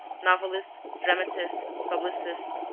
novelist, dramatist, publicist,